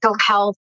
health